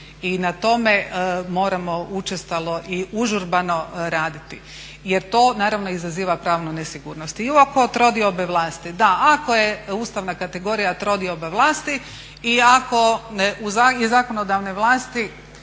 i na tome moramo učestalo i užurbano raditi jer to naravno izaziva pravnu nesigurnost. I oko trodiobe vlasti, da ako je ustavna kategorija trodioba vlasti i ako, i zakonodavne vlasti